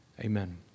Amen